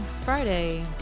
Friday